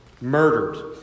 murdered